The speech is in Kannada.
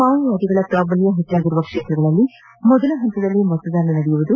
ಮಾವೋವಾದಿಗಳ ಪ್ರಾಬಲ್ಯ ಹೆಚ್ಚರುವ ಕ್ಷೇತ್ರಗಳಲ್ಲಿ ಮೊದಲ ಹಂತದಲ್ಲೇ ಮತದಾನ ನಡೆಯಲಿದೆ